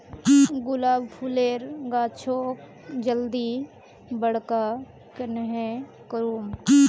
गुलाब फूलेर गाछोक जल्दी बड़का कन्हे करूम?